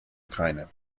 ukraine